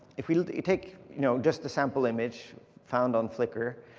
if we take you know just a sample image found on flickr,